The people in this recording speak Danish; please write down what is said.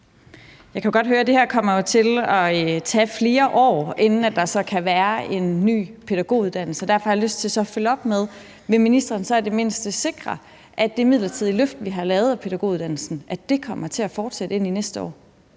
Jeg kan jo godt høre, at det kommer til at tage flere år, inden der så kan være en ny pædagoguddannelse. Derfor har jeg lyst til at følge op med: Vil ministeren så i det mindste sikre, at det midlertidige løft, vi har lavet, af pædagoguddannelsen kommer til at fortsætte ind i næste år?